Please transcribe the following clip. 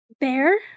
Bear